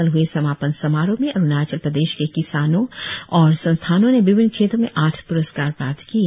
कल ह्ए समापन समारोह में अरुणाचल प्रदेश के किसानों और संस्थानों ने विभिन्न क्षेत्रों में आठ प्रस्कार प्राप्त किए